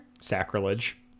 sacrilege